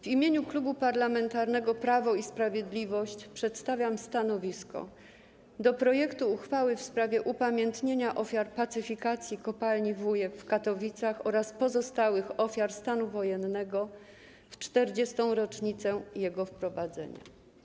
W imieniu Klubu Parlamentarnego Prawo i Sprawiedliwość przedstawiam stanowisko odnośnie do projektu uchwały w sprawie upamiętnienia ofiar pacyfikacji strajku w kopalni Wujek w Katowicach oraz pozostałych ofiar stanu wojennego w 40. rocznicę jego wprowadzenia.